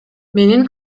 менин